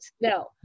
No